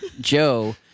Joe